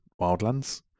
Wildlands